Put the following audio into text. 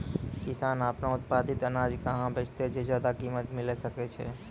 किसान आपनो उत्पादित अनाज कहाँ बेचतै जे ज्यादा कीमत मिलैल सकै छै?